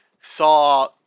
saw